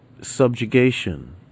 subjugation